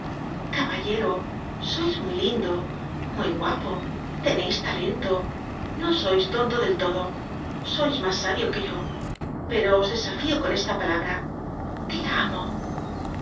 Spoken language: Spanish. caballero sois muy lindo muy guapo teneis talento no sois tonto del todo sois mas sabio que yo pero os desafío con esta palabra te amo